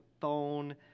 phone